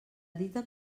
dita